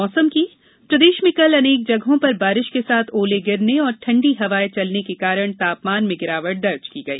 मौसम प्रदेश में कल अनेक जगहों पर बारिश के साथ ओले गिरने और ठंडी हवाएं चलने के कारण तापमान में गिरावट दर्ज की गई